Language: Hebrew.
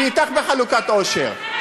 אני אתך בחלוקת עושר,